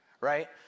right